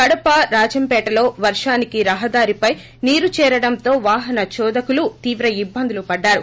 కడప రాజంపేటల్లో వర్షానికి రహదారిపై నీరు చేరడంతో వాహనచోదకులు తీవ్ర ఇబ్బందులు పడ్డారు